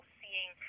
seeing